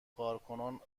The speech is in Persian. کارکنان